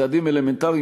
צעדים אלמנטריים,